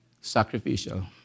sacrificial